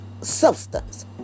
substance